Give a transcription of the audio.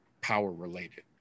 power-related